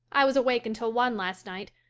i was awake until one last night,